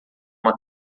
uma